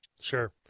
Sure